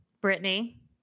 Brittany